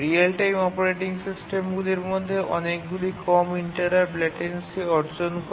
real time operating সিস্টেমগুলির মধ্যে অনেকগুলি কম ইন্টারাপ্ট লেটেন্সি অর্জন করে